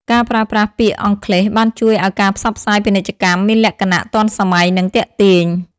ការប្រើប្រាស់ពាក្យអង់គ្លេសបានជួយឱ្យការផ្សព្វផ្សាយពាណិជ្ជកម្មមានលក្ខណៈទាន់សម័យនិងទាក់ទាញ។